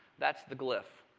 that's the glif.